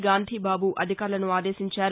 గాంధీ బాబు అధికారులను ఆదేశించారు